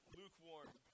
lukewarm